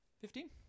Fifteen